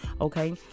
okay